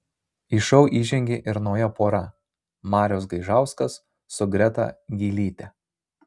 į šou įžengė ir nauja pora marius gaižauskas su greta gylyte